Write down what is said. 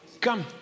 come